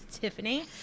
Tiffany